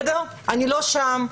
אני לא שם.